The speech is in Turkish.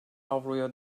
avroya